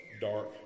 dark